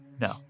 no